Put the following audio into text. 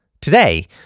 Today